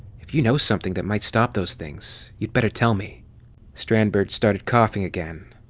if you know something that might stop those things you'd better tell me strandberg started coughing again.